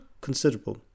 considerable